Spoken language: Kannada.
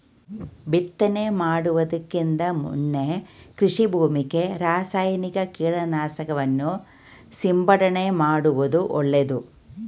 ಬಿತ್ತನೆ ಮಾಡುವುದಕ್ಕಿಂತ ಮುನ್ನ ಕೃಷಿ ಭೂಮಿಗೆ ರಾಸಾಯನಿಕ ಕೀಟನಾಶಕವನ್ನು ಸಿಂಪಡಣೆ ಮಾಡುವುದು ಒಳ್ಳೆದು